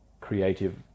creative